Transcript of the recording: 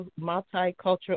multicultural